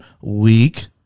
week